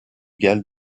galles